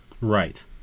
Right